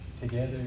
together